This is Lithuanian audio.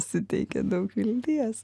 suteikia daug vilties